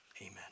Amen